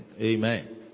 Amen